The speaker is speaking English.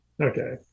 Okay